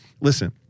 Listen